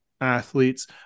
athletes